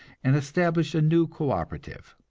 and establish a new co-operative.